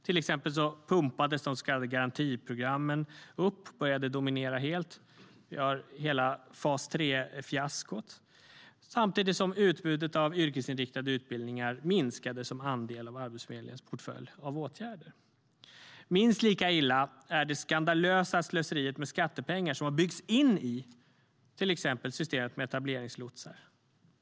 Till exempel pumpades de så kallade garantiprogrammen upp och började dominera helt, och vi har hela fas 3-fiaskot, samtidigt som utbudet av yrkesinriktade utbildningar minskade som andel av Arbetsförmedlingens portfölj av åtgärder. Minst lika illa är det skandalösa slöseriet med skattepengar som har byggts in i till exempel systemet med etableringslotsar.